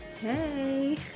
Hey